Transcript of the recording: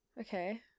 Okay